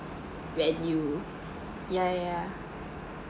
when you ya ya